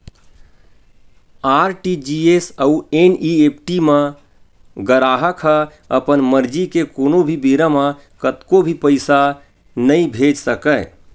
RTGS अउ NEFT म गराहक ह अपन मरजी ले कोनो भी बेरा म कतको भी पइसा नइ भेज सकय